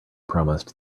promised